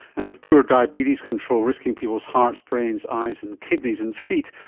and with poor diabetes control risking people's hearts, brains, eyes and kidneys and feet,